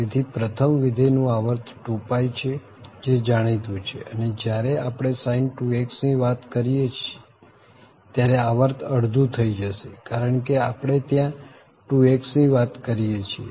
તેથી પ્રથમ વિધેય નું આવર્ત 2π છે જે જાણીતું છે અને જયારે આપણે sin 2x ની વાત કરીએ ત્યારે આવર્ત અડધું થઇ જશે કારણ કે આપણે ત્યાં 2x ની વાત કરીએ છીએ